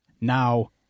now